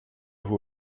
who